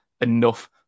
enough